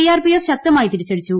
C R P F ശക്തമായി തിരിച്ചടിച്ചു